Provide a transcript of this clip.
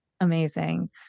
Amazing